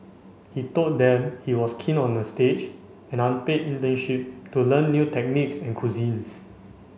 he told them he was keen on a stage an unpaid internship to learn new techniques and cuisines